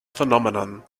phenomenon